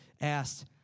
asked